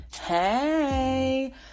hey